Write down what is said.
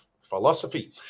philosophy